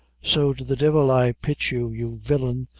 so to the divil i pitch, you, you villain,